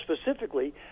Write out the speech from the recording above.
specifically